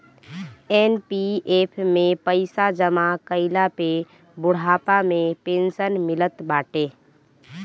NPF में पईसा जमा कईला पे बुढ़ापा में पेंशन मिलत बाटे